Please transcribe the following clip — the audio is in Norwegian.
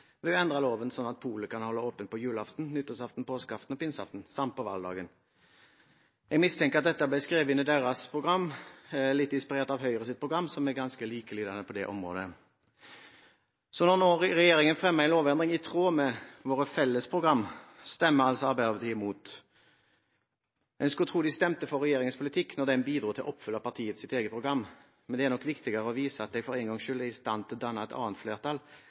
endre loven slik at vinmonopolet kan holde åpent på julaften, nyttårsaften, påskeaften og pinseaften, samt på valgdagen». Jeg mistenker at dette ble skrevet i deres program litt inspirert av Høyres program, som er ganske likelydende på det området. Når nå regjeringen fremmer en lovendring i tråd med våre felles program, stemmer altså Arbeiderpartiet imot. En skulle tro de stemte for regjeringens politikk når den bidro til å oppfylle partiets eget program, men det er nok viktigere å vise at de for en gangs skyld er i stand til å danne et annet flertall